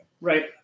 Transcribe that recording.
Right